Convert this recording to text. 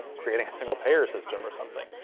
creating a single-payer system or something.